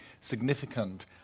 significant